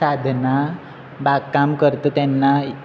साधना बाग काम करता तेन्ना